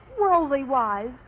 worldly-wise